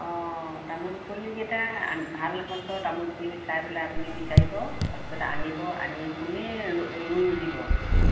অ তামোল পুলিকেইটা ভাল সঁচৰ তামোল পুলি চাই পেলাই আপুনি বিচাৰিব তাৰপিছত আনিব আনি পোনেই ৰুই নিদিব